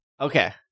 Okay